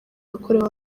yakorewe